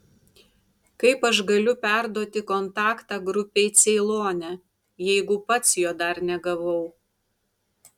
kaip aš galiu perduoti kontaktą grupei ceilone jeigu pats jo dar negavau